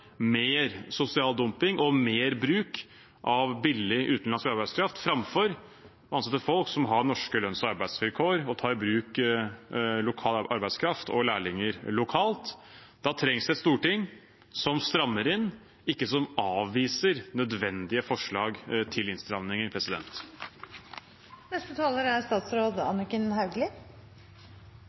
mer sosial dumping og mer bruk av billig utenlandsk arbeidskraft framfor å ansette folk som har norske lønns- og arbeidsvilkår, og for å ta i bruk lokal arbeidskraft og lærlinger lokalt. Da trengs det at Stortinget strammer inn, og ikke avviser nødvendige forslag til innstramminger. Arbeidsmiljøloven åpner for gjennomsnittsberegning av arbeidstiden. Det innebærer at det er